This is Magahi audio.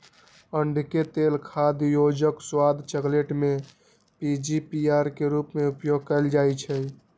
अंडिके तेल खाद्य योजक, स्वाद, चकलेट में पीजीपीआर के रूप में उपयोग कएल जाइछइ